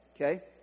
okay